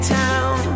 town